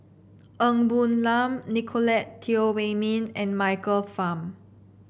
Ng Woon Lam Nicolette Teo Wei Min and Michael Fam